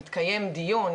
מתקיים דיון,